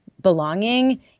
belonging